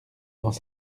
dans